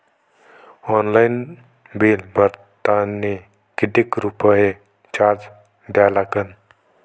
Online bill भरतानी कितीक रुपये चार्ज द्या लागन?